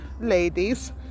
ladies